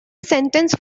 sentence